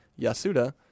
Yasuda